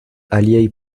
aliaj